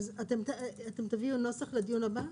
אז תביאי נוסח לדיון הבא?